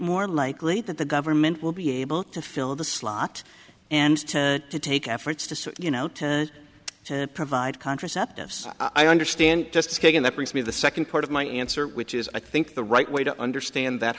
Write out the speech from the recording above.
more likely that the government will be able to fill the slot and to take efforts to say you know to provide contraceptives i understand just asking the priest me the second part of my answer which is i think the right way to understand that